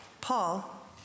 Paul